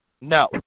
No